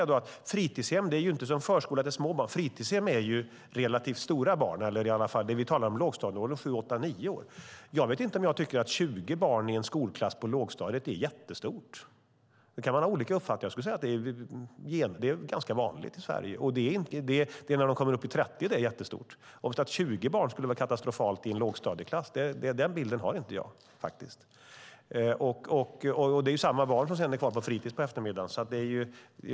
Det är inte små barn som går på fritidshem, som i förskolan, utan relativt stora barn. Vi talar om lågstadieåldern: sju, åtta, nio år. Jag vet inte om jag tycker att 20 barn i en skolklass på lågstadiet är jättestort. Där kan man ha olika uppfattningar. Det är ganska vanligt i Sverige. Det är inte förrän det kommer upp i 30 som det är jättestort. Jag har inte bilden att 20 barn skulle vara katastrofalt i en lågstadieklass. Det är samma barn som sedan är kvar på fritis på eftermiddagen.